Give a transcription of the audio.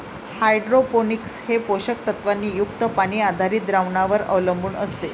hydroponics हे पोषक तत्वांनी युक्त पाणी आधारित द्रावणांवर अवलंबून असते